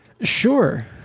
Sure